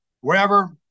wherever